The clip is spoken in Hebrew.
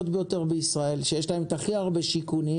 ביותר בישראל שיש להן את הכי הרבה שיכונים.